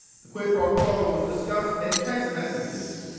the quid pro quo was discussed in text messages,